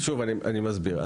אני מסביר.